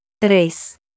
Tres